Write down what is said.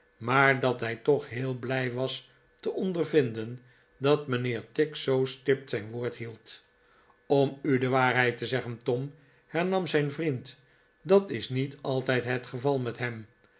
maar dat hij toch heel blij was te ondervinden dat mijnheer tigg zoo stipt zijn woord hield om u de waarheid te zeggen tom hernam zijn vriend dat is niet altijd het geval met hem